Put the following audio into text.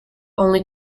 only